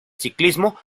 ciclismo